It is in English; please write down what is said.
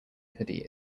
hoodie